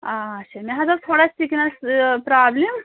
آ اچھا مےٚ حظ ٲس تھوڑا سِکِنَس پرٛابلِم